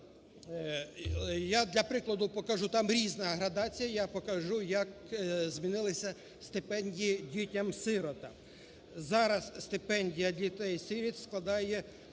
я для прикладу покажу, там різна градація. Я покажу як змінилися стипендії дітям-сиротам. Зараз стипендія дітей-сиріт складає